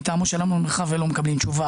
מטעמו של אמנון מרחב ולא מקבלים תשובה,